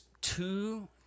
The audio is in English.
two